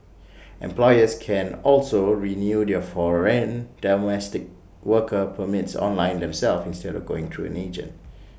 employers can also renew their foreign domestic worker permits online themselves instead of going through an agent